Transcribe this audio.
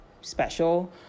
special